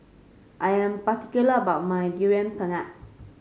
I am particular about my Durian Pengat